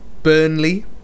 Burnley